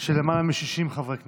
של למעלה מ-60 חברי כנסת.